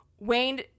wayne